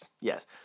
yes